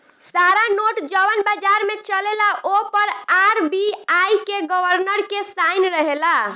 सारा नोट जवन बाजार में चलेला ओ पर आर.बी.आई के गवर्नर के साइन रहेला